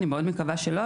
אני מאוד מקווה שלא.